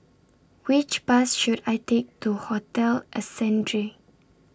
Which Bus should I Take to Hotel Ascendere